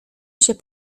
się